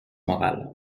morale